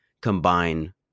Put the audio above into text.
combine